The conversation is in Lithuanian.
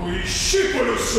į šipulius